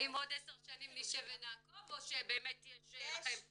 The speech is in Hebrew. האם עוד עשר שנים נשב ונעקוב או שבאמת יש לכם דד-ליין?